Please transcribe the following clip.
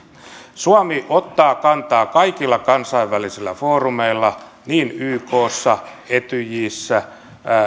suomi ottaa kantaa kaikilla kansainvälisillä foorumeilla niin ykssa etyjissä